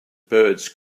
birds